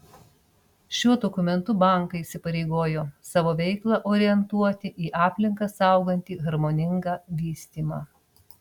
šiuo dokumentu bankai įsipareigojo savo veiklą orientuoti į aplinką saugantį harmoningą vystymą